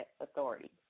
authority